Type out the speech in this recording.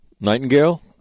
Nightingale